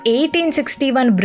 1861